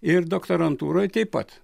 ir doktorantūroj taip pat